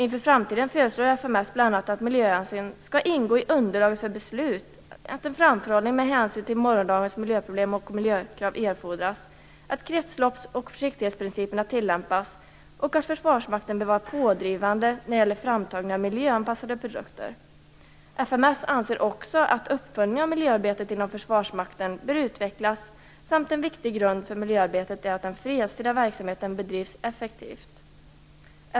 Inför framtiden föreslår fms bl.a. att miljöhänsyn skall ingå i underlaget för beslut, att en framförhållning med hänsyn till morgondagens miljöproblem och miljökrav erfordras, att kretslopps och försiktighetsprinciperna tillämpas och att Försvarsmakten bör vara pådrivande när det gäller framtagning av miljöanpassade produkter. Fms anser också att uppföljningen av miljöarbetet inom Försvarsmakten bör utvecklas samt att en viktig grund för miljöarbetet är att den fredstid verksamheten bedrivs effektivt.